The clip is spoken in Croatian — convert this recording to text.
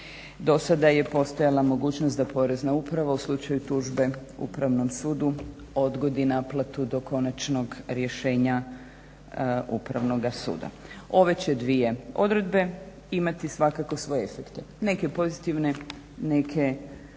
Do sada je postojala mogućnost da Porezna uprava u slučaju tužbe Upravnom sudu odgodi naplatu do konačnog rješenja upravnoga suda. Ove će dvije odredbe imati svakako svoje efekte. Neke pozitivne, neke